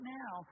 now